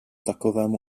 takovém